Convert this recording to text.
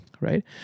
Right